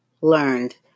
learned